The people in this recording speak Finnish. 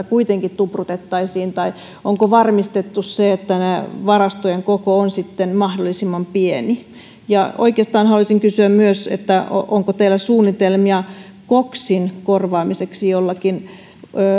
kuitenkin tuprutettaisiin vai onko varmistettu se että varastojen koko on mahdollisimman pieni ja oikeastaan haluaisin kysyä myös onko teillä suunnitelmia koksin korvaamiseksi jollakin